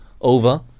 over